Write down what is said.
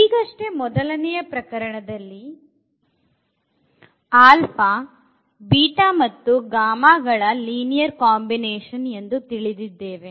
ಈಗಷ್ಟೇ ಮೊದಲನೇ ಪ್ರಕರಣದಲ್ಲಿ ಗಳ ರ ಲೀನಿಯರ್ ಕಾಂಬಿನೇಶನ್ ಎಂದು ತಿಳಿದಿದ್ದೇವೆ